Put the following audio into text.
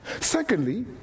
Secondly